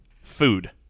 food